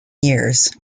years